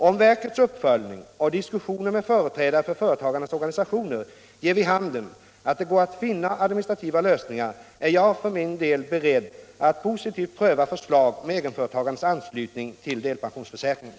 Om verkets uppföljning och diskussioner med företrädare för företagarnas organisationer ger vid handen att det går att finna administrativa lösningar, är jag för min del beredd att positivt pröva förslag om egenföretagarnas anslutning till delpensionsförsäkringen.